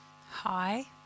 Hi